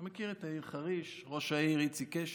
אתה מכיר את העיר חריש, ראש העיר הוא איציק קשת.